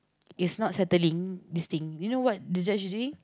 is not settling this thing you know what this actually